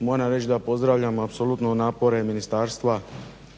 Moram reći da pozdravljam apsolutno napore ministarstva